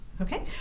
Okay